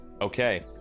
Okay